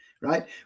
Right